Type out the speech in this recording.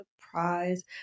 surprise